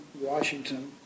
Washington